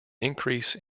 increase